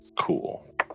Cool